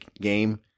game